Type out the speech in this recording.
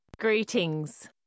Greetings